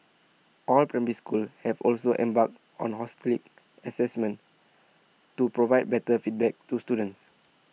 all primary schools have also embarked on holistic Assessment to provide better feedback to students